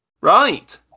Right